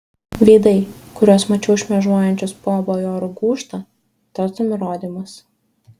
veidai kuriuos mačiau šmėžuojančius po bajorų gūžtą tartum įrodymas